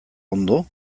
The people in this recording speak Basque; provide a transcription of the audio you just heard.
ondo